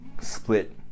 split